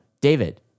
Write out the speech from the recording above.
David